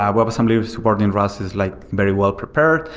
um webassembly support in and rust is like very well prepared.